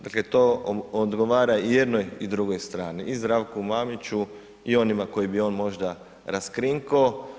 Dakle to odgovara i jednoj i drugoj strani i Zdravku Mariću i onima koje bi on možda raskrinkao.